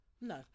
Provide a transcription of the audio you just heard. no